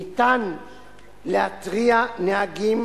ניתן להתריע בפני נהגים